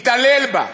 יתעלל בה,